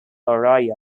arroyo